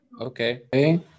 Okay